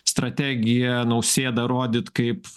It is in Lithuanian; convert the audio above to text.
strategija nausėdą rodyt kaip